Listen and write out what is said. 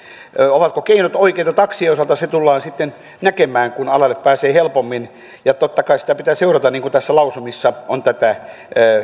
ovatko keinot oikeita taksien osalta se tullaan näkemään sitten kun alalle pääsee helpommin ja totta kai sitä pitää seurata niin kuin näissä lausumissa on tätä